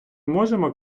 можемо